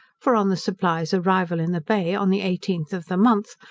for on the supply's arrival in the bay on the eighteenth of the month,